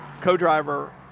co-driver